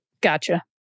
Gotcha